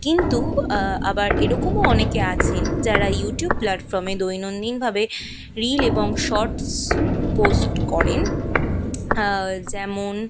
কিন্তু আবার এরকমও অনেকে আছেন যারা ইউটিউব প্ল্যাটফর্মে দৈনন্দিনভাবে রিল এবং শটস পোস্ট করেন যেমন